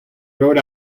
rode